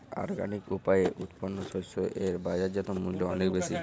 organic উপায়ে উৎপন্ন শস্য এর বাজারজাত মূল্য অনেক বেশি